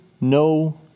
no